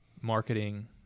marketing